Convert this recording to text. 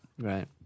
Right